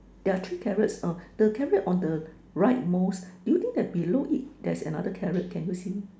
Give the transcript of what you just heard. yeah three carrots uh the carrot on the right most do you think that below it there's another carrot can you see